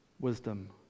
wisdom